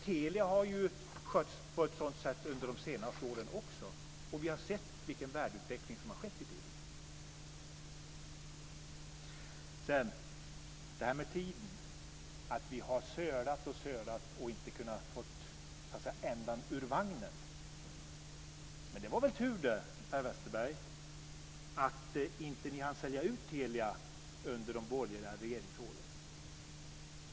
Telia har skötts på ett sådant sätt under de senaste åren också, och vi har sett vilken värdeutveckling som skett i Telia. Om det här med tiden har man sagt att vi sölat och sölat och inte kunnat få ändan ur vagnen. Men det var väl tur, Per Westerberg, att ni inte hann sälja ut Telia under de borgerliga regeringsåren.